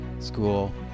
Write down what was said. school